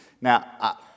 Now